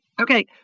Okay